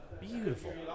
beautiful